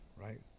right